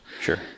Sure